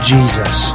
Jesus